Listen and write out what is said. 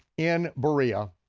in berea